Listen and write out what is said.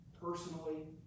personally